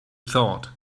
thought